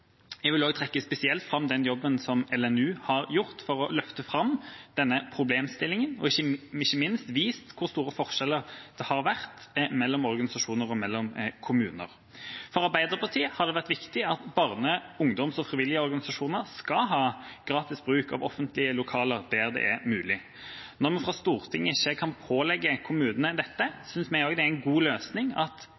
Jeg vil spesielt trekke fram den jobben som LNU har gjort for å løfte fram denne problemstillingen, og ikke minst vise hvor store forskjeller det har vært mellom organisasjoner og mellom kommuner. For Arbeiderpartiet har det vært viktig at barne- og ungdomsorganisasjoner og frivillige organisasjoner skal ha gratis bruk av offentlige lokaler der det er mulig. Når vi fra Stortinget ikke kan pålegge kommunene dette,